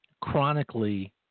chronically –